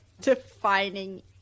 defining